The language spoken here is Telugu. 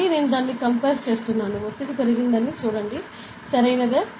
మళ్ళీ నేను దానిని compass చేస్తున్నాను ఒత్తిడి పెరిగిందని చూడండి సరైనది